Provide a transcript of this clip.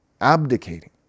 abdicating